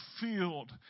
filled